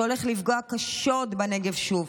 שהולך לפגוע קשות בנגב שוב.